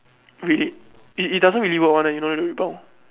wait it it doesn't really work one eh you know the rebound